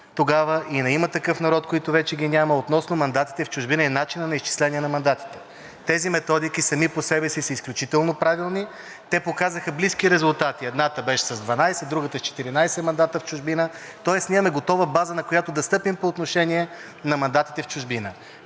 тогава, и на „Има такъв народ“, които вече ги няма, относно мандатите в чужбина и начина на изчисление на мандатите. Тези методики сами по себе си са изключително правилни, те показаха близки резултати – едната беше с 12, другата с 14 мандата в чужбина, тоест на готова база, на която да стъпим по отношение на мандатите в чужбина.